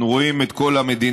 אנחנו רואים את כל המדינות